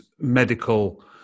medical